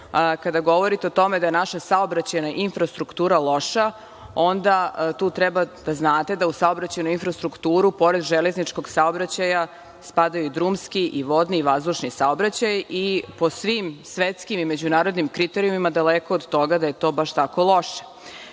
kada govorite o tome da je naša saobraćajna infrastruktura loša, onda tu treba da znate da u saobraćajnu infrastrukturu, pored železničkog saobraćaja, spadaju i drumski i vodni i vazdušni saobraćaj. Po svim svetskim i međunarodnim kriterijumima, daleko od toga da je to baš tako loše. Kada